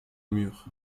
murs